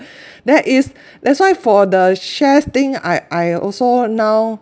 that is that's why for the shares thing I I also now